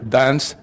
dance